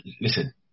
Listen